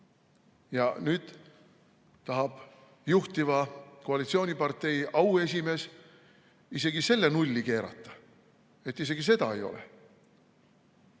Nüüd tahab juhtiva koalitsioonipartei auesimees selle nulli keerata, et isegi seda ei oleks.